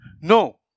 No